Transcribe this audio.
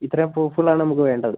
ഇത്രയും പ്രൂഫുകളാണ് നമുക്ക് വേണ്ടത്